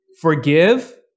Forgive